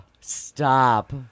stop